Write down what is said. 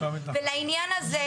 ולעניין הזה,